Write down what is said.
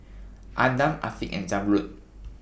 Adam Afiq and Zamrud